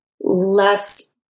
less